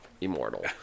Immortal